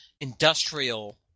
industrial